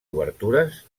obertures